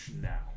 now